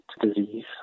disease